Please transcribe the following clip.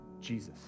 Jesus